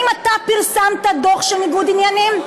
האם אתה פרסמת דוח של ניגוד עניינים?